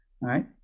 right